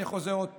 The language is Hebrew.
אני חוזר עוד פעם,